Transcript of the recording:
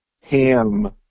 ham